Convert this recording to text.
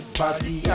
party